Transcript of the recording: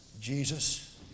Jesus